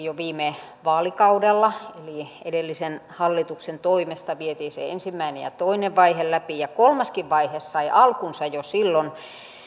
jo viime vaalikaudella eli edellisen hallituksen toimesta vietiin se ensimmäinen ja toinen vaihe läpi kolmaskin vaihe sai alkunsa jo silloin